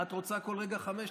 את רוצה כל רגע חמש?